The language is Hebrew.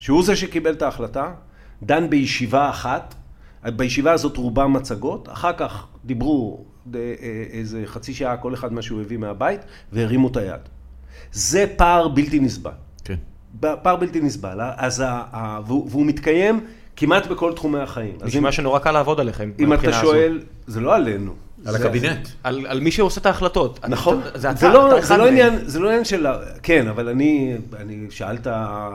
שהוא זה שקיבל את ההחלטה, דן בישיבה אחת, בישיבה הזאת רובה מצגות, אחר כך דיברו איזה חצי שעה, כל אחד מה שהוא הביא מהבית, והרימו את היד. זה פער בלתי נסבל. כן. פער בלתי נסבל, אז ה... והוא מתקיים כמעט בכל תחומי החיים. זה מה שנורא קל לעבוד עליכם, מהבחינה הזאת. זה לא עלינו. על הקבינט. על מי שעושה את ההחלטות. נכון. זה לא עניין, זה לא עניין של... כן, אבל אני... שאלת...